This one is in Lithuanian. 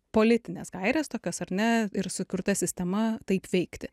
politinės gairės tokios ar ne ir sukurta sistema taip veikti